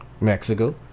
Mexico